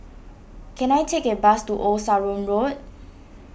can I take a bus to Old Sarum Road